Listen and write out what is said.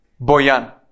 Boyan